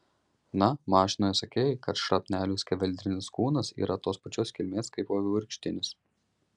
na mašinoje sakei kad šrapnelių skeveldrinis kūnas yra tos pačios kilmės kaip vaivorykštinis